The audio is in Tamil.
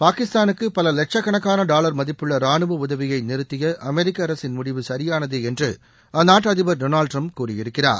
பாகிஸ்தானுக்கு பல லட்சம் கணக்கான டாலர் மதிப்புள்ள ரானுவ உதவியய நிறுத்திய அமெரிக்க அரசின் முடிவு சரியானதே என்று அந்நாட்டு அதிபர் டொனால்டு டிரம்ப் கூறியிருக்கிறார்